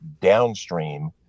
downstream